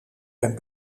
ben